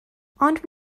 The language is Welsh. ond